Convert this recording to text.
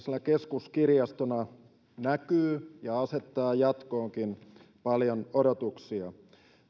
keskuskirjastona näkyy ja asettaa jatkoonkin paljon odotuksia